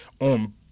on